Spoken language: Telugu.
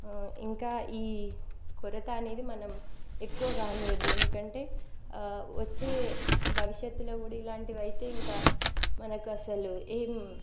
ఇంకా ఈ కొరత అనేది మనం ఎక్కువ కానీయద్దు ఎందుకంటే వచ్చే భవిష్యత్తులో కూడా ఇలాంటివైతే ఇంకా మనకు అసలు ఏం